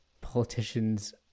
politicians